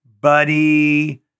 Buddy